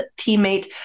teammate